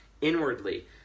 inwardly